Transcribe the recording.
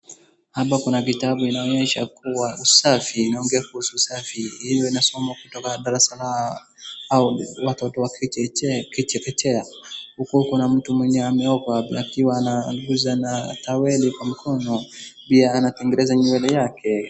Hapa kuna kitabu inaonyesha kuwa usafi, inaongea kuhusu usafi. Huwa inasomwa kutoka darasa la...au watoto wa chekechea. Huku kuna mtu mwenye amewekwa akiwa anajipanguza na towel[ kwa mikono na pia anatengeneza nywele yake.